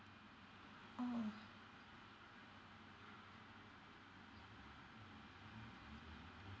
mm